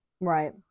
Right